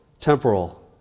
temporal